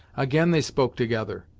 again they spoke together,